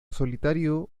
solitario